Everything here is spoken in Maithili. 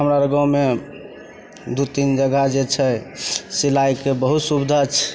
हमर गाममे दुइ तीन जगह जे छै सिलाइके बहुत सुविधा छै